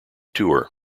tour